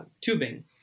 tubing